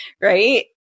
Right